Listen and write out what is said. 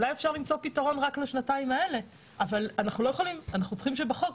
אולי אפשר למצוא פתרון רק לשנתיים האלה אבל אנחנו צריכים שזה יהיה בחוק.